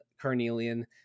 carnelian